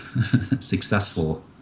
successful